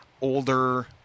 Older